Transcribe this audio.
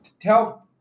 Tell